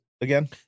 again